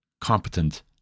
competent